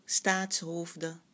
staatshoofden